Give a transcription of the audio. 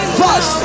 plus